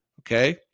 okay